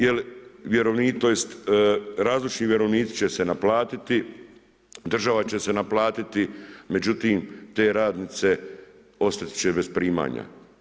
Jer, tj. različiti vjerovnici će se naplatiti, država će se naplatiti, međutim, te radnice ostati će bez primanja.